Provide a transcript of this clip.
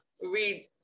read